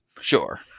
Sure